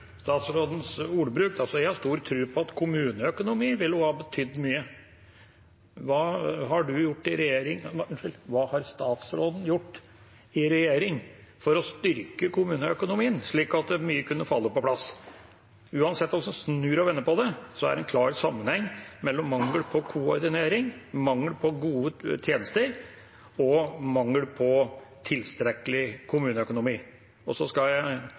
statsrådens ordbruk: Jeg har stor tro på at kommuneøkonomien også ville ha betydd mye. Hva har statsråden gjort i regjering for å styrke kommuneøkonomien, slik at mye kunne falle på plass? Uansett hvordan man snur og vender på det, er det en klar sammenheng mellom mangel på koordinering, mangel på gode tjenester og mangel på tilstrekkelig kommuneøkonomi. Så skal jeg